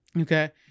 Okay